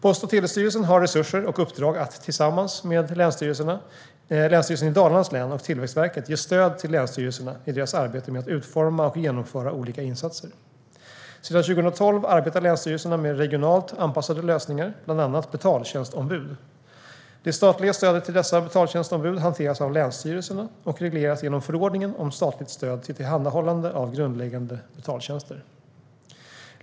Post och telestyrelsen har resurser och uppdrag att tillsammans med Länsstyrelsen i Dalarnas län och Tillväxtverket ge stöd till länsstyrelserna i deras arbete med att utforma och genomföra olika insatser. Sedan 2012 arbetar länsstyrelserna med regionalt anpassade lösningar, bland annat betaltjänstombud. Det statliga stödet till dessa betaltjänstombud hanteras av länsstyrelserna och regleras genom förordningen om statligt stöd till tillhandahållande av grundläggande betaltjänster.